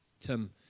Tim